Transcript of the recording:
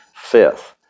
Fifth